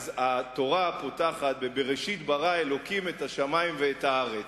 התורה פותחת ב"בראשית ברא אלוקים את השמים ואת הארץ".